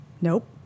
nope